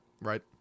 Right